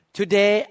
Today